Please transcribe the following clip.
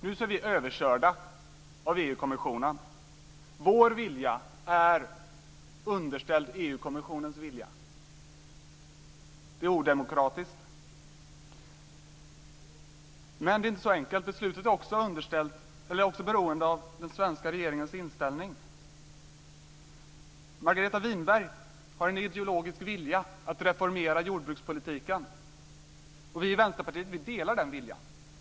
Nu är vi överkörda av EU-kommissionen. Vår vilja är underställd EU kommissionens vilja. Det är odemokratiskt. Men det är inte så enkelt. Beslutet är också beroende av den svenska regeringens inställning. Margareta Winberg har en ideologisk vilja att reformera jordbrukspolitiken, och vi i Vänsterpartiet delar den viljan.